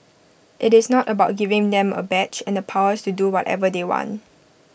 IT is not about giving them A badge and the powers to do whatever they want